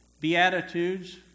Beatitudes